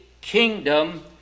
kingdom